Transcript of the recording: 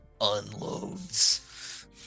unloads